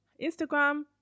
Instagram